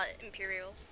Imperials